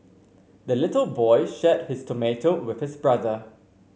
the little boy shared his tomato with his brother